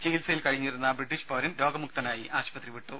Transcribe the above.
ചികിത്സയിൽ കഴിഞ്ഞിരുന്ന ബ്രിട്ടീഷ് പൌരൻ രോഗമുക്തനായി ആശുപത്രി വിട്ടു